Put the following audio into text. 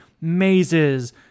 mazes